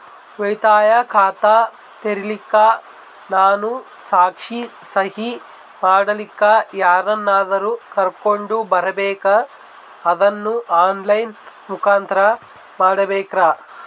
ಉಳಿತಾಯ ಖಾತ ತೆರಿಲಿಕ್ಕಾ ನಾನು ಸಾಕ್ಷಿ, ಸಹಿ ಮಾಡಲಿಕ್ಕ ಯಾರನ್ನಾದರೂ ಕರೋಕೊಂಡ್ ಬರಬೇಕಾ ಅದನ್ನು ಆನ್ ಲೈನ್ ಮುಖಾಂತ್ರ ಮಾಡಬೇಕ್ರಾ?